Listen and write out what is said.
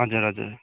हजुर हजुर